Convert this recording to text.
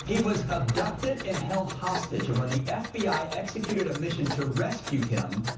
he was abducted and held hostage when the fbi executed a mission to rescue him.